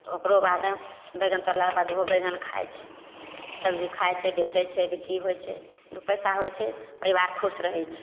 तऽ ओकरो बादमे बैगन तोड़लाकऽ बाद ओहो बैगन खाइ छै सबजी खाइत छै बेचैत छै बिक्री होइत छै दु पैसा होइत छै परिबार खुश रहैत छै